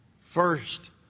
First